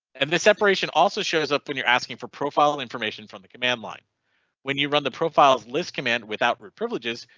and the separation also shows up when you're asking for profile information from the command line when you run the profiles list command without root privileges.